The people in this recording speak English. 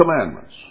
commandments